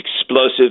explosive